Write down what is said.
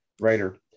writer